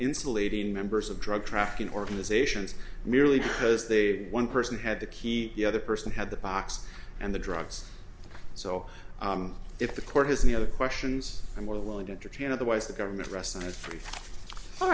insulating members of drug trafficking organizations merely because they one person had the key the other person had the box and the drugs so if the court has any other questions i'm willing to entertain otherwise the government rests on it all